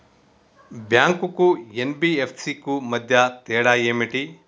Bank కు NBFC కు మధ్య తేడా ఏమిటి?